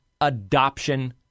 adoption